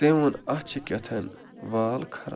تٔمۍ ووٚن اَتھ چھُ کہتانۍ وال خراب